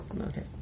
okay